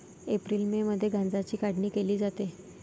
April May मध्ये गांजाची काढणी केली जाते